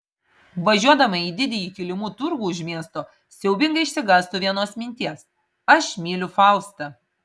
važiuodama į didįjį kilimų turgų už miesto siaubingai išsigąstu vienos minties aš myliu faustą